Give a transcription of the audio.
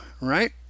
right